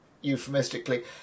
euphemistically